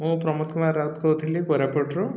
ମୁଁ ପ୍ରମୋଦ କୁମାର ରାଉତ କହୁଥିଲି କୋରାପୁଟରୁ